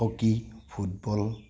hockey football